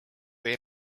või